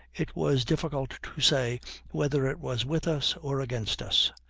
it was difficult to say whether it was with us or against us.